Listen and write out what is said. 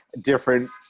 different